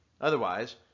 Otherwise